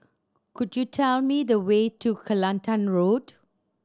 could you tell me the way to Kelantan Road